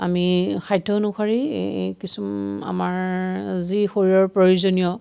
আমি সাধ্য অনুসৰি কিছু আমাৰ যি শৰীৰৰ প্ৰয়োজনীয়